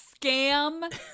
scam